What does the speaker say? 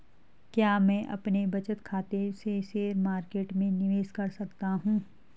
क्या मैं अपने बचत खाते से शेयर मार्केट में निवेश कर सकता हूँ?